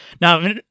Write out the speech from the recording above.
now